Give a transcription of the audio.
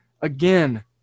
Again